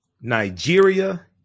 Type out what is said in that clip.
nigeria